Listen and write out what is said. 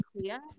clear